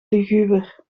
luguber